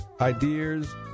ideas